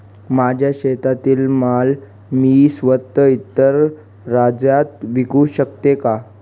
माझ्या शेतातील माल मी स्वत: इतर राज्यात विकू शकते का?